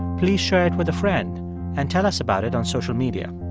please share it with a friend and tell us about it on social media